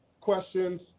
questions